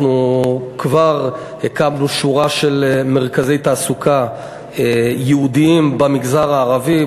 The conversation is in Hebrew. אנחנו כבר הקמנו שורה של מרכזי תעסוקה ייעודיים במגזר הערבי,